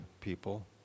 people